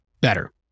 better